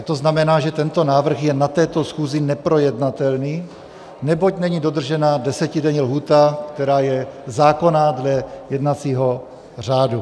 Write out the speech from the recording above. To znamená, že tento návrh je na této schůzi neprojednatelný, neboť není dodržena desetidenní lhůta, která je zákonná dle jednacího řádu.